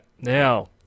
Now